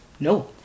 No